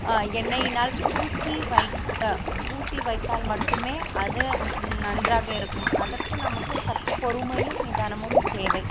எண்ணெயினால் பூசி வைக்க பூசி வைத்தால் மட்டுமே அது நன்றாக இருக்கும் அதற்கு நமக்கு சற்று பொறுமையும் நிதானமும் தேவை